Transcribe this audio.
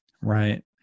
Right